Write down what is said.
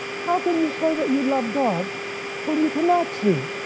how can you say that you love god whom you cannot see.